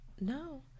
no